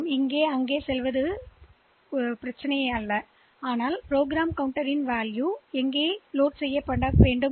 எனவே இங்கிருந்து கேட்கச் செல்வது ஒரு பிரச்சனையல்ல ஏனென்றால்ப்ரோக்ராம் கவுண்டரை ஏற்ற முடியும் இந்த முகவரியின் மதிப்பைக் கொண்டு